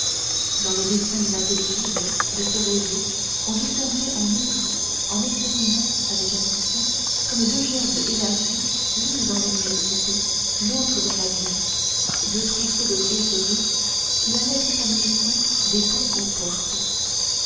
dans le dessin inintelligible de ce réseau on distinguait en outre en examinant avec attention comme deux gerbes élargies l'une dans l'université l'autre dans la ville deux trousseaux de grosses rues qui allaient s'épanouissant des ponts aux portes